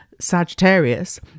Sagittarius